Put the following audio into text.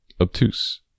obtuse